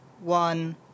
one